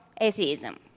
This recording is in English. atheism